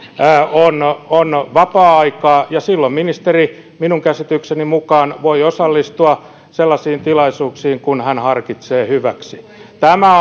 on on vapaa aikaa ja silloin ministeri minun käsitykseni mukaan voi osallistua sellaisiin tilaisuuksiin kuin hän harkitsee hyväksi tämä